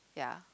ya